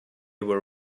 were